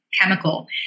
chemical